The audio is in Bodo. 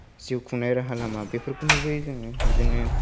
जिउ खुंनाय राहा लामा बेफोरखौ नुबोयो जोङो बिदिनो